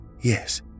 Yes